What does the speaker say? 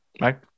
right